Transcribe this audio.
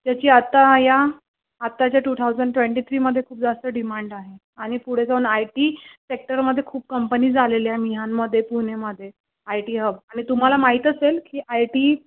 त्याची आत्ता या आत्ताच्या टू थाउजंड ट्वेंटी थ्रीमध्ये खूप जास्त डिमांड आहे आणि पुढे जाऊन आय टी सेक्टरमध्ये खूप कंपनीज आलेल्या मिहानमध्ये पुणेमध्ये आय टी हब आणि तुम्हाला माहीत असेल की आय टी